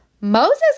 Moses